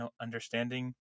understanding